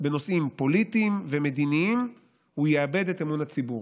בנושאים פוליטיים ומדיניים הוא יאבד את אמון הציבור.